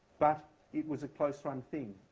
but it was a close-run thing.